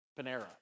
Panera